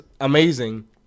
amazing